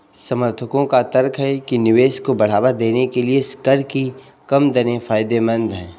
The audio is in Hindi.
समर्थकों का तर्क है कि निवेश को बढ़ावा देने के लिए कर की कम दरें फायदेमंद हैं